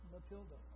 Matilda